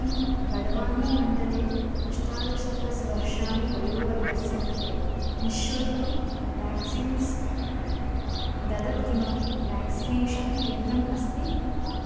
किं बड्वानीमण्डले अष्टादश प्लस् वर्षाणि वयोवर्गस्य कृते निःशुल्कं व्याक्सिन्स् ददत् किमपि व्याक्सिनेषन् केन्द्रम् अस्ति